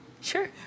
Sure